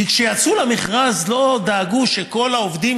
כי כשיצאו למכרז לא דאגו שכל העובדים